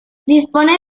dispone